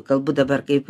kalbu dabar kaip